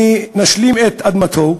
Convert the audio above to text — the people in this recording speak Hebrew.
מנשלים אותו מאדמתו,